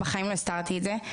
בחיים לא הסתרתי את זה.